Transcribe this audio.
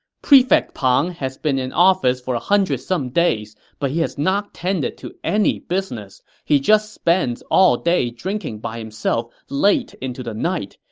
prefect pang has been in office for one hundred some days, but he has not tended to any business. he just spends all day drinking by himself late into the night.